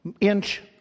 inch